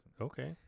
Okay